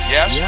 Yes